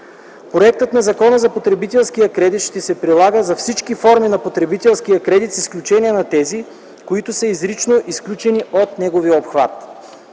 Законопроектът за потребителския кредит ще се прилага за всички форми на потребителския кредит, с изключение на тези, които са изрично изключени от неговия обхват.